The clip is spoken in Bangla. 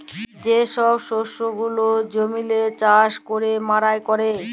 যে ছব শস্য গুলা জমিল্লে চাষ ক্যইরে মাড়াই ক্যরে